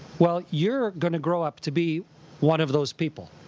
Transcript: well, you're going to grow up to be one of those people.